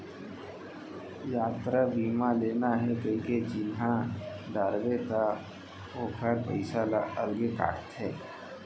यातरा बीमा लेना हे कइके चिन्हा डारबे त ओकर पइसा ल अलगे काटथे